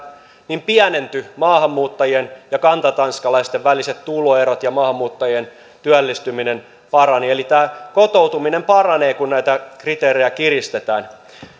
niin pienentyivät maahanmuuttajien ja kantatanskalaisten väliset tuloerot ja maahanmuuttajien työllistyminen parani eli tämä kotoutuminen paranee kun näitä kriteerejä kiristetään